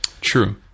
True